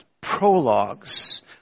prologues